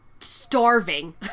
starving